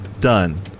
done